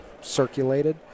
circulated